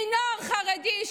מנוער חרדי,